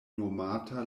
nomata